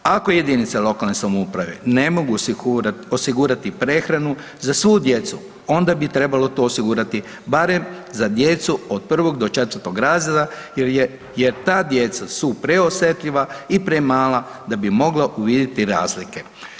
Ako jedinica lokalne samouprave ne mogu osigurati prehranu za svu djecu onda bi trebalo to osigurati barem za djecu od 1. do 4. razreda jer ta djeca su preosjetljiva i premala da bi mogla uvidjeti razlike.